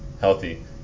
healthy